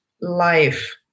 life